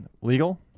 legal